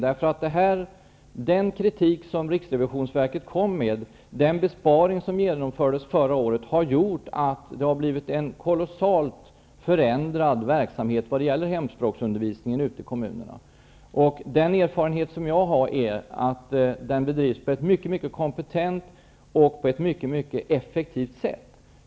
Den kritik som riksrevisionsverket kom med och den besparing som genomfördes förra året har gjort att det har blivit en kolossalt förändrad verksamhet vad gäller hemspråksundervisningen ute i kommunerna. Den erfarenhet som jag har är att den bedrivs på ett mycket kompetent och effektivt sätt.